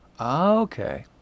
Okay